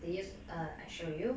they use err I show you